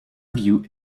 view